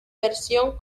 versión